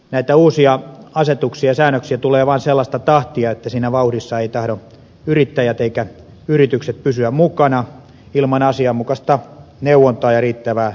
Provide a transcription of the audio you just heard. näitä uusia asetuksia ja säännöksiä tulee vaan sellaista tahtia että siinä vauhdissa eivät tahdo yrittäjät eivätkä yritykset pysyä mukana ilman asianmukaista neuvontaa ja riittävää siirtymäaikaa